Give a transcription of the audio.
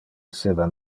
esseva